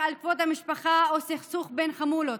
על כבוד המשפחה או סכסוך בין חמולות.